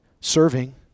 serving